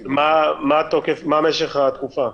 מה משך התקופה?